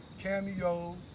cameo